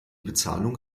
bezahlung